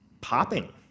popping